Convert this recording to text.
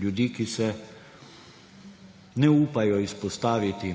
ljudi, ki se ne upajo izpostaviti